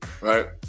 right